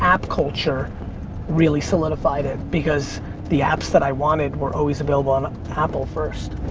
app culture really solidified it because the apps that i wanted were always available on apple first.